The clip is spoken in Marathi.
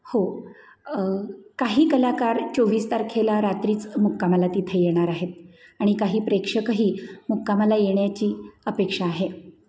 हो काही कलाकार चोवीस तारखेला रात्रीच मुक्कामाला तिथे येणार आहेत आणि काही प्रेक्षकही मुक्कामाला येण्याची अपेक्षा आहे